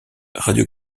radio